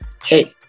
Hey